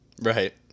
Right